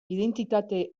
identitate